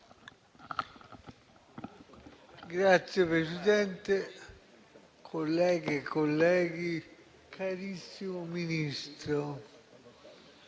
Presidente, colleghe e colleghi, carissimo Ministro,